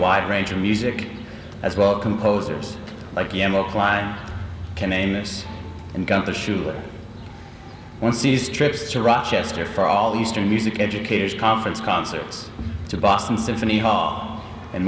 wide range of music as well composers like e m i klein can amos and got the shoes one sees trips to rochester for all the eastern music educators conference concerts to boston symphony hall and